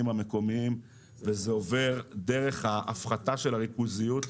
המקומיים וזה עובר דרך ההפחתה של הריכוזיות.